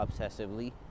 obsessively